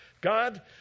God